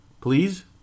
Please